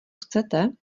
chcete